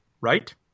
Right